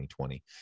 2020